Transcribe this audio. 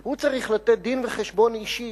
הוא צריך לתת דין-וחשבון אישי